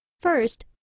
First